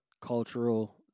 cultural